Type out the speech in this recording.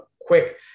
quick